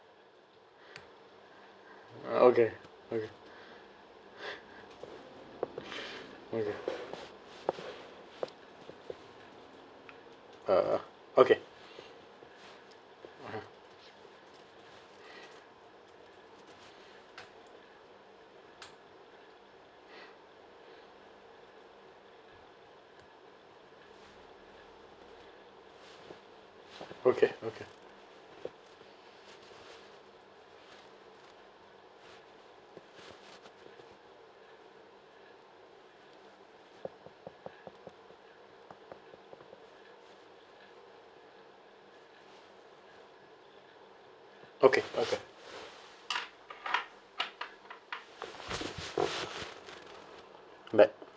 okay okay okay uh okay okay okay okay okay but